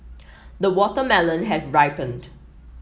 the watermelon has ripened